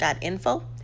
info